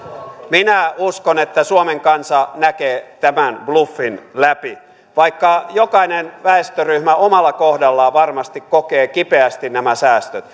minä uskon että suomen kansa näkee tämän bluffin läpi vaikka jokainen väestöryhmä omalla kohdallaan varmasti kokee kipeästi nämä säästöt